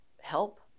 help